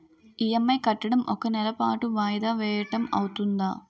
EMI కట్టడం ఒక నెల పాటు వాయిదా వేయటం అవ్తుందా?